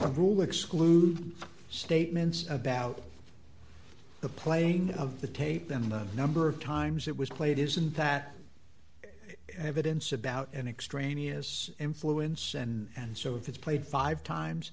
some rule exclude statements about the playing of the tape and the number of times it was played isn't that evidence about an extraneous influence and so if it's played five times